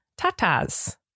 tatas